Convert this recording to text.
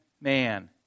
man